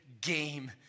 game